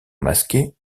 masqué